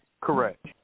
Correct